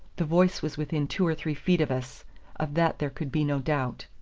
the voice was within two or three feet of us of that there could be no doubt.